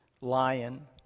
lion